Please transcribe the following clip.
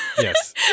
Yes